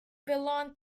belonged